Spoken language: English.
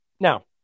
Now